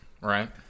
Right